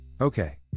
Okay